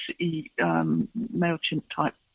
MailChimp-type